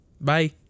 Bye